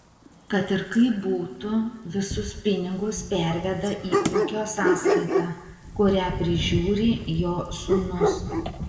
kad ir kaip būtų visus pinigus perveda į ūkio sąskaitą kurią prižiūri jo sūnus